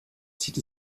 zieht